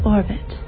Orbit